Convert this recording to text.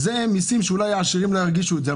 אלו מיסים שאולי העשירים לא ירגישו את זה,